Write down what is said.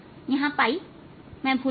यहां अनुपस्थित है